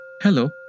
Hello